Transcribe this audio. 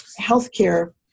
healthcare